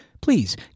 Please